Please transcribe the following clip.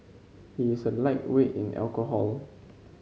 he is a lightweight in alcohol